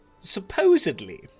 supposedly